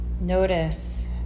Notice